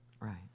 right